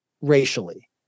Racially